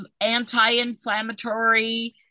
anti-inflammatory